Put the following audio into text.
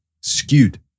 skewed